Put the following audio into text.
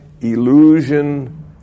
illusion